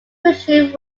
friction